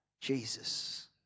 Jesus